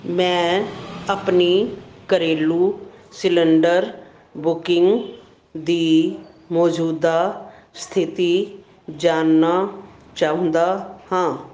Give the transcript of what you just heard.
ਮੈਂ ਆਪਣੀ ਘਰੇਲੂ ਸਿਲੰਡਰ ਬੁਕਿੰਗ ਦੀ ਮੌਜੂਦਾ ਸਥਿਤੀ ਜਾਣਨਾ ਚਾਹੁੰਦਾ ਹਾਂ